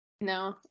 No